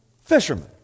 fishermen